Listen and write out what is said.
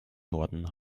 norden